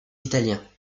italiens